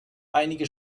einige